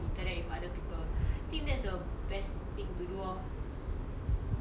eh how your nenek ah like she cannot go out she at home only ah